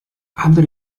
other